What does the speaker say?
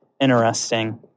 interesting